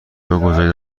بگذارید